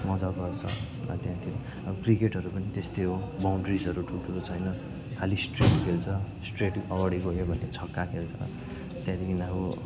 मज्जा गर्छ अब त्यहाँ त्यहाँ अब क्रिकेटहरू पनि त्यस्तै हो बाउन्ड्रिजहरू ठुल्ठुलो छैन खालि स्ट्रेट खेल्छ स्ट्रेट अगाडि गयो भने छक्का खेल्छ त्यहाँदेखि अब